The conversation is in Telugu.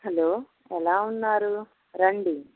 హలో ఎలా ఉన్నారు రండి